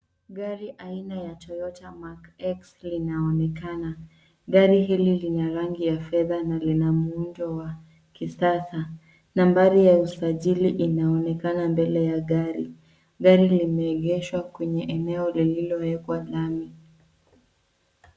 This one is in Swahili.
Gari aina ya Toyota Mark-X linaonekana. Gari hili lina rangi ya fedha na lina muundo wa kisasa. Nambari ya usajili inaonekana mbele ya gari. Gari limeegeshwa kwenye eneo lililoekwa lami.